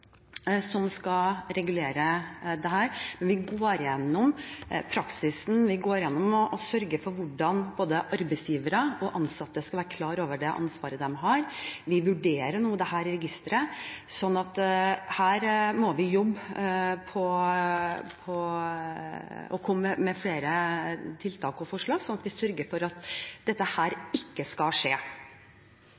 som skal regulere dette, men vi går gjennom praksisen, vi går gjennom for å sørge for at både arbeidsgivere og ansatte skal være klar over det ansvaret de har. Vi vurderer nå dette registeret. Så her må vi jobbe og komme med flere tiltak og forslag, slik at vi sørger for at dette